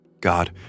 God